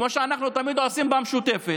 כמו שאנחנו עושים במשותפת: